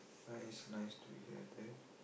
nice nice to hear that